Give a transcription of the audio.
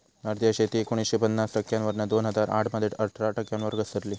भारतीय शेती एकोणीसशे पन्नास टक्क्यांवरना दोन हजार आठ मध्ये अठरा टक्क्यांवर घसरली